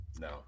no